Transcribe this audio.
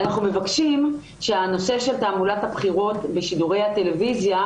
אנחנו מבקשים שהנושא של תעמולת הבחירות ושידורי הטלוויזיה,